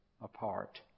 apart